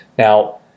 Now